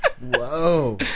Whoa